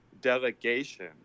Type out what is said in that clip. delegation